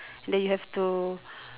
then you have to